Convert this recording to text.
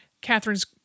Catherine's